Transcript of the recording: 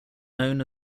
known